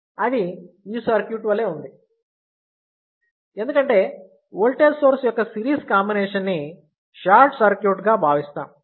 అది ఈ సర్క్యూట్ వలె ఉంది ఎందుకంటే ఓల్టేజ్ సోర్స్ యొక్క సిరీస్ కాంబినేషన్ని షార్ట్ సర్క్యూట్ గా భావిస్తాం